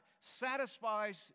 satisfies